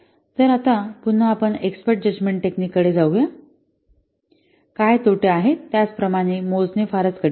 तर आता पुन्हा आपण एक्स्पर्ट जजमेंट टेक्निक कडे जाऊया काय तोटे आहेत त्याचे प्रमाण मोजणे फारच कठीण आहे